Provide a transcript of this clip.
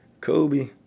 Kobe